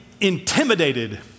intimidated